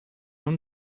own